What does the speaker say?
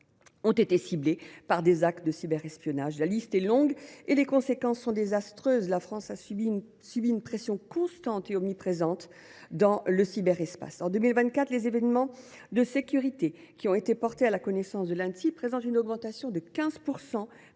(BITD) ciblées par des actes de cyberespionnage. La liste est longue et les conséquences sont désastreuses. La France subit une pression constante et omniprésente dans le cyberespace. En 2024, les événements de sécurité portés à la connaissance de l’Anssi ont connu une augmentation de 15